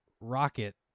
rocket